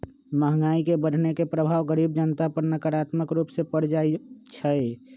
महंगाई के बढ़ने के प्रभाव गरीब जनता पर नकारात्मक रूप से पर जाइ छइ